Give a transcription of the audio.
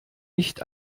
nicht